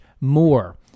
more